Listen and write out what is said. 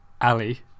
Ali